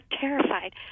terrified